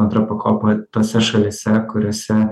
antroj pakopoj tose šalyse kuriose